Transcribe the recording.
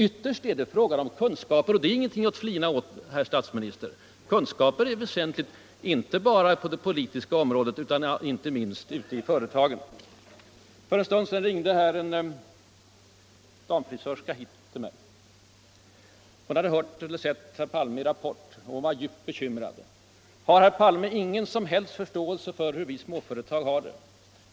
Ytterst är det en fråga om kunskaper — och det är ingenting att flina åt, herr statsminister. Kunskaper är väsentliga inte bara på det politiska området utan också — inte minst — ute i företagen. För en stund sedan ringde det en damfrisörska hit till mig. Hon hade hört och sett herr Palme i Rapport och var djupt bekymrad: ”Har herr Palme ingen som helst förståelse för hur vi småföretag har det?